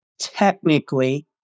Technically